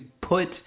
put